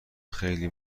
خیلی